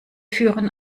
führen